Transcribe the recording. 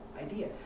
idea